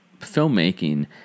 filmmaking